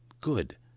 good